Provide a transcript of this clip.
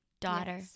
daughter